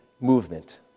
movement